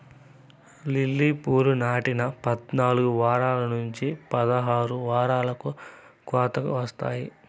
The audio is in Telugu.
లిల్లీ పూలు నాటిన పద్నాలుకు వారాల నుంచి పదహారు వారాలకు కోతకు వస్తాయి